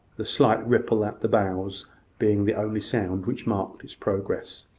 the slight ripple at the bows being the only sound which marked its progress.